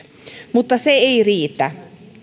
mutta se ei riitä